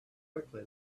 quickly